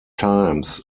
times